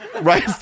Right